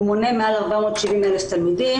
הוא מונה מעל 470,000 תלמידים,